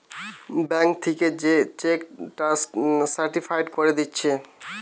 bank থিকে যে cheque টা সার্টিফায়েড কোরে দিচ্ছে